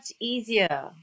easier